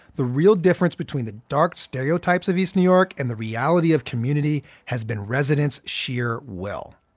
the real difference between the dark stereotypes of east new york and the reality of community has been residents' sheer will.